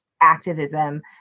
activism